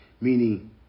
Meaning